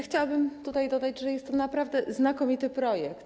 Chciałabym tutaj dodać, że jest to naprawdę znakomity projekt.